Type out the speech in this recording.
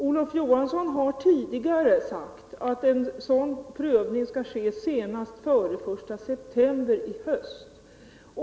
Olof Johansson har tidigare sagt att en sådan prövning skall ske senast före den 1 september i höst.